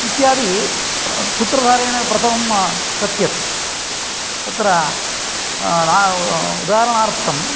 इत्यादि सूत्रधारेण प्रथमं कथ्यते तत्र उदाहरणार्थं